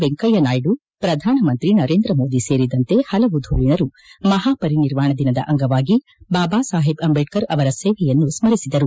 ವೆಂಕಯ್ಯನಾಯ್ದು ಪ್ರಧಾನಮಂತ್ರಿ ನರೇಂದ್ರ ಮೋದಿ ಸೇರಿದಂತೆ ಹಲವು ಧುರೀಣರು ಮಹಾ ಪರಿನಿರ್ವಾಣ ದಿನದ ಅಂಗವಾಗಿ ಬಾಬಾ ಸಾಹೇಬ್ ಅಂಬೇಡ್ನರ್ ಅವರ ಸೇವೆಯನ್ನು ಸ್ಮರಿಸಿದರು